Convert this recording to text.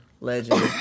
Legend